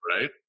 right